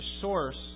source